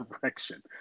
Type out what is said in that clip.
direction